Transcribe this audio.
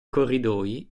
corridoi